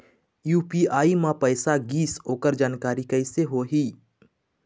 UPI म पैसा गिस ओकर जानकारी कइसे होही?